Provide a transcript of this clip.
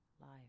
life